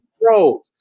Bro